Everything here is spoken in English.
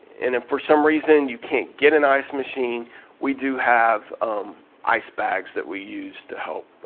and if for some reason you can't get an ice machine we do have ice bags that we use to help